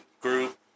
group